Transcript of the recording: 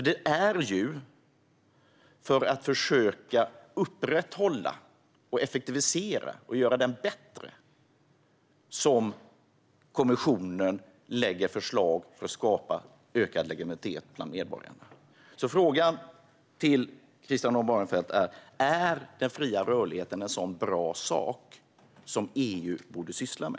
Det är för att försöka upprätthålla, effektivisera och göra den bättre som kommissionen lägger fram förslag för att skapa ökad legitimitet bland medborgarna. Frågan till Christian Holm Barenfeld är alltså: Är den fria rörligheten en sådan bra sak som EU borde syssla med?